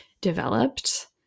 developed